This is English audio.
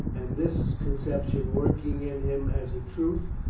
and this conception, working in him as a truth,